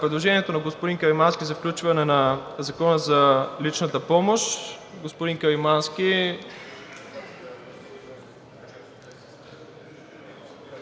Предложението на господин Каримански за включване на Закона за личната помощ.